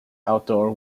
outdoor